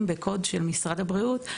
שנמצאים כרגע בקוד של משרד הבריאות,